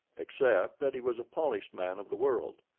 except that he was a polished man of the world.